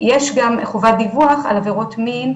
יש גם חובת דיווח על עבירות מין,